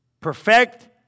Perfect